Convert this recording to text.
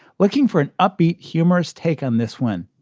looking for an upbeat, humorous take on this one.